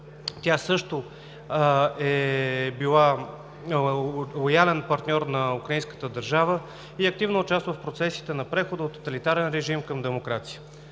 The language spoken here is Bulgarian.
Тя също е била лоялен партньор на украинската държава и активно участва в процесите на прехода от тоталитарен режим към демокрация.